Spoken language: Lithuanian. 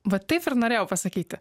va taip ir norėjau pasakyti